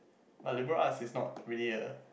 but liberal arts is not really a